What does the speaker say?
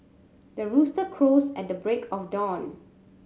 the rooster crows at the break of dawn